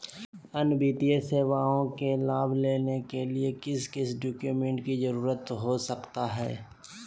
अन्य वित्तीय सेवाओं के लाभ लेने के लिए किस किस डॉक्यूमेंट का जरूरत हो सकता है?